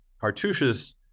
cartouches